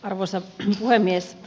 arvoisa puhemies